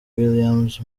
williams